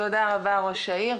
תודה רבה, ראש העיר.